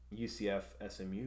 UCF-SMU